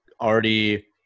already